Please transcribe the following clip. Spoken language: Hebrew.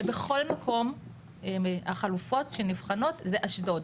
ובכל מקום החלופות שנבחנות זה אשדוד.